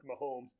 Mahomes